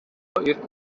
jest